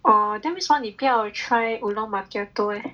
oh then 为什么你不要 try oolong macchiato leh